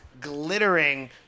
glittering